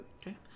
Okay